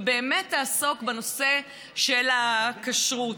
ובאמת תעסוק בנושא של הכשרות,